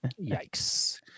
Yikes